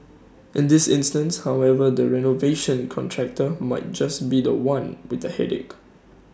in this instance however the renovation contractor might just be The One with the headache